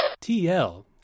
TL